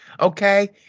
okay